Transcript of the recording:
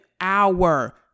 hour